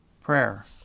Prayer